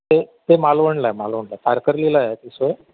ते ते मालवणला आहे मालवणला तारकरलीला आहे ती सोय